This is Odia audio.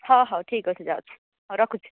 ହଁ ହେଉ ଠିକ୍ ଅଛି ଯାଉଛି ହେଉ ରଖୁଛି